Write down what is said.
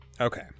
Okay